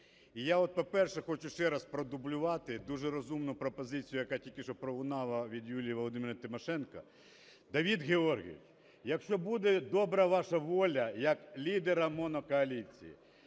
І я от, по-перше, хочу ще раз продублювати дуже розумну пропозицію, яка тільки що пролунала від Юлії Володимирівни Тимошенко. Давид Георгійович, якщо буде добра ваша воля як лідера монокоаліції,